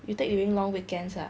you take you during long weekends ah